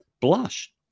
blush